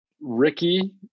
ricky